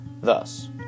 Thus